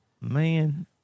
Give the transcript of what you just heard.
man